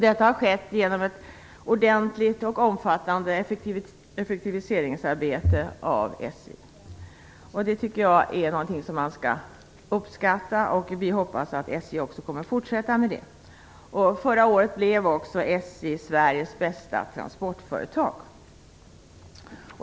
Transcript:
Detta har skett genom ett ordentligt och omfattande effektiviseringsarbete av SJ, vilket jag tycker är något som man skall uppskatta. Vi hoppas att SJ kommer att fortsätta detta effektiviseringsarbete. Förra året blev också SJ utnämnt till Sveriges bästa transportföretag.